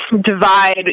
divide